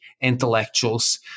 intellectuals